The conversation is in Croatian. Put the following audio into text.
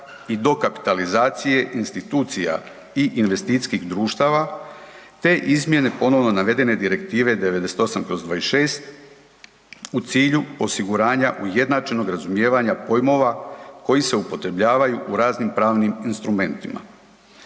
i dokapitalizacije institucija i investicijskih društava, te izmjene ponovno navedene Direktive 98/26 u cilju osiguranja ujednačenog razumijevanja pojmova koji se upotrebljavaju u raznim pravnim instrumentima.